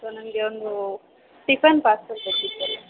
so ನನಗೆ ಒಂದು tiffin parcel ಬೇಕಿತ್ತಲ್ಲ